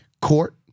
court